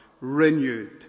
renewed